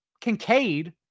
Kincaid